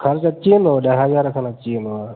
ख़र्चु अची वेंदव ॾह हज़ार खनि अची वेंदव